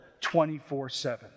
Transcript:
24-7